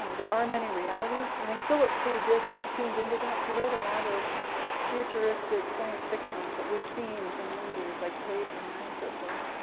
ah there are many realities. i think philip k. dick tuned into that he wrote a lot of futuristic science fiction that we've seen in movies like blade runner, and so forth.